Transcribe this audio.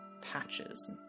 patches